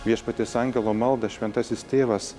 viešpaties angelo maldą šventasis tėvas